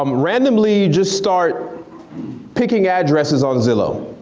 um randomly just start picking addresses on zillow.